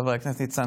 חברי הכנסת,